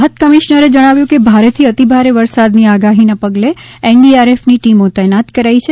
રાહત કમિશ્નરે જણાવ્યુ કે ભારેથી અતિભારે વરસાદની આગાહીના પગલે એનડીઆરએફની ટીમો તૈનાત કરાઇ છે